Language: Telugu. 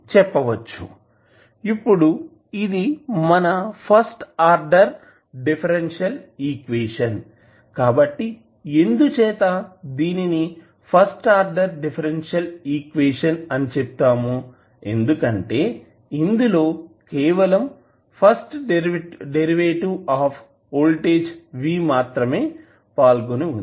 Refer Slide Time 1013 ఇప్పుడు ఇది మన ఫస్ట్ ఆర్డర్ డిఫరెన్షియల్ ఈక్వేషన్ కాబట్టి ఎందుచేత దీనిని ఫస్ట్ ఆర్డర్ డిఫరెన్షియల్ ఈక్వేషన్ అని చెప్తాము ఎందుకంటే ఇందులో కేవలం first derivative of voltage V మాత్రమే పాల్గొని వుంది